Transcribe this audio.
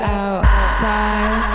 outside